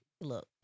Look